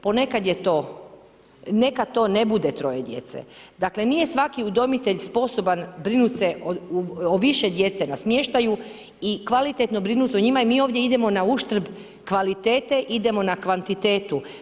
Ponekad je to, neka to ne bude 3 djece, dakle, nije svaki udomitelj sposoban brinuti se o više djece na smještaju i kvalitetno brinuti se o njima, jer mi ovdje idemo na uštrb kvalitete, idemo na kvantitetu.